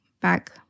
Back